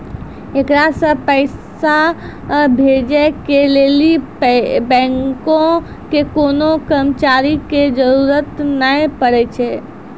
एकरा से पैसा भेजै के लेली बैंको के कोनो कर्मचारी के जरुरत नै पड़ै छै